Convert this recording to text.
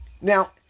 Now